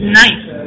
nice